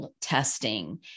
testing